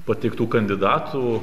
pateiktų kandidatų